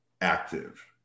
active